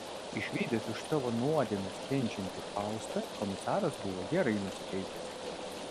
išvydęs už savo nuodėmes kenčiantį faustą komisaras buvo gerai nusiteikęs